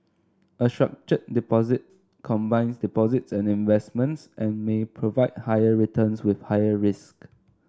a structured deposit combines deposits and investments and may provide higher returns with higher risk